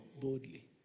boldly